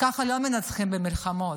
ככה לא מנצחים במלחמות.